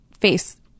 face